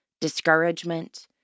discouragement